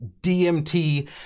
DMT